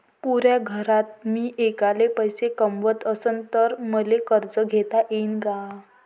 पुऱ्या घरात मी ऐकला पैसे कमवत असन तर मले कर्ज घेता येईन का?